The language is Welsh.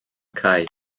cae